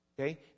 Okay